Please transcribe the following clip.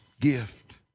gift